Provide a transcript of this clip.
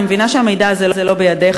אני מבינה שהמידע הזה לא בידך,